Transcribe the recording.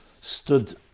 stood